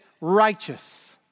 righteous